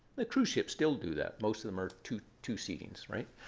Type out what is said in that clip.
the cruise ships still do that. most of them are two two seatings, right?